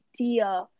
idea